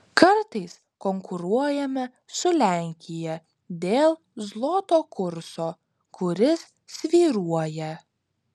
kartais konkuruojame su lenkija dėl zloto kurso kuris svyruoja